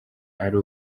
ari